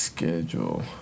Schedule